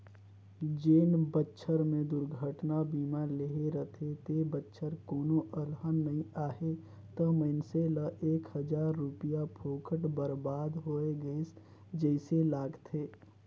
जेन बच्छर मे दुरघटना बीमा लेहे रथे ते बच्छर कोनो अलहन नइ आही त मइनसे ल एक हजार रूपिया फोकट बरबाद होय गइस जइसे लागथें